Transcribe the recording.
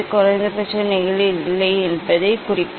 குறைந்தபட்ச விலகல் நிலையை ஆம் என அமைக்க இதை நான் சுழற்ற வேண்டும்